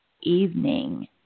evening